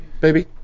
baby